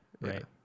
Right